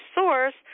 source